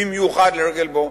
במיוחד לרגל בואו.